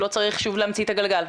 לא צריך שוב להמציא את הגלגל.